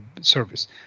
service